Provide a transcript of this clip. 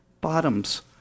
bottoms